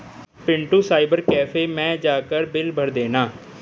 Pintu cyber cafe मैं जाकर bill भर देना